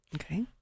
okay